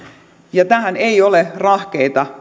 ja tähän väliaikaiseen toimintaan ei ole rahkeita